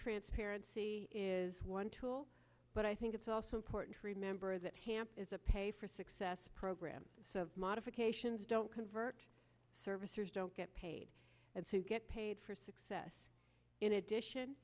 transparency is one tool but i think it's also important to remember that hamp is a pay for success program so the modifications don't come virt servicers don't get paid to get paid for success in addition